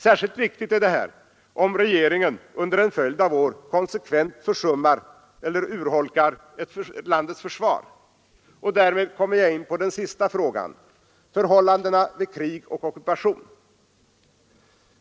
Särskilt viktigt är detta om regeringen under en följd av år konsekvent försummar eller urholkar landets försvar. Därmed kommer jag in på den sista frågan, nämligen förhållandena vid krig och ockupation.